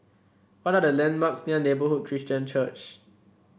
what are the landmarks near Neighbourhood Christian Church